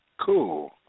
Cool